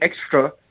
extra